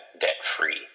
debt-free